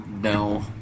No